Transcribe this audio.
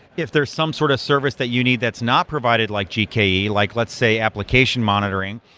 if there's some sort of service that you need that's not provided, like gke, like let's say application monitoring,